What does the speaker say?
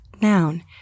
noun